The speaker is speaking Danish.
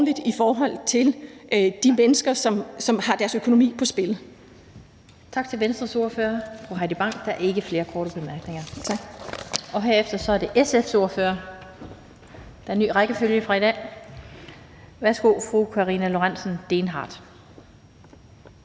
i forhold til de mennesker, som har deres økonomi på spil.